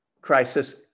crisis